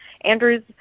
Andrew's